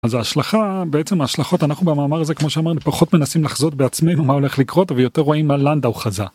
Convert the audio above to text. אז ההשלכה בעצם ההשלכות אנחנו במאמר הזה כמו שאמרנו פחות מנסים לחזות בעצמנו מה הולך לקרות ויותר רואים מה לנדאו חזה.